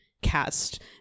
cast